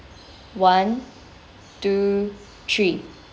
one two three